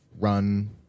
run